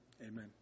Amen